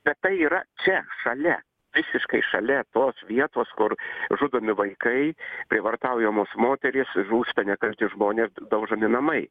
bet tai yra čia šalia visiškai šalia tos vietos kur žudomi vaikai prievartaujamos moterys žūsta nekalti žmonės daužomi namai